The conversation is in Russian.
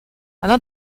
она